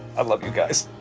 i love you guys.